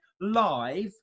live